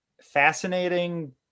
fascinating